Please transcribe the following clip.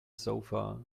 sofa